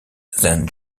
then